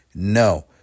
No